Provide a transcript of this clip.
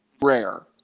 rare